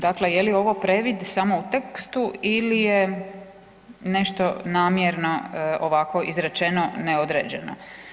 Dakle je li ovo previd samo u tekstu ili je nešto namjerno ovako izrečeno neodređeno?